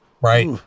right